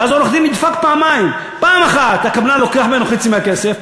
ואז עורך-הדין נדפק פעמיים: פעם אחת הקבלן לוקח ממנו חצי מהכסף,